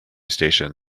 station